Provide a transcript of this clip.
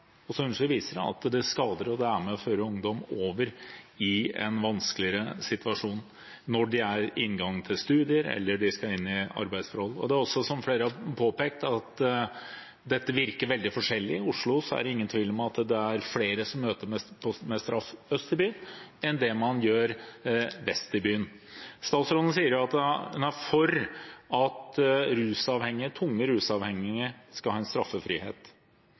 viser at det skader og er med på å føre ungdom over i en vanskeligere situasjon når de er ved inngangen til studier eller skal inn i arbeidsforhold. Som flere har påpekt, virker dette veldig forskjellig. I Oslo er det ingen tvil om at det er flere som møtes med straff øst i byen, enn det man gjør vest i byen. Statsråden sier hun er for at tungt rusavhengige skal ha en